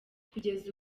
kugeza